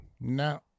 No